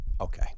Okay